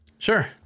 Sure